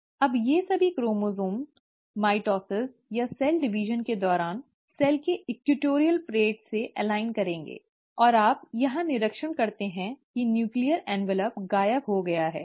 अब ये सभी क्रोमोसोम माइटोसिस या सेल डिवीजन के दौरान सेल के इक्वेटोरियल प्लेट से संरेखित करेंगे और आप यहां निरीक्षण करते हैं कि नूक्लीअर एन्वलोप गायब हो गया है